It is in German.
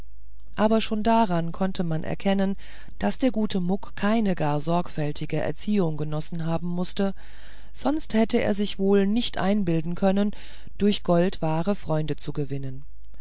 aber schon daran konnte man erkennen daß der gute muck keine gar sorgfältige erziehung genossen haben mußte sonst hätte er sich wohl nicht einbilden können durch gold wahre freunde zu gewinnen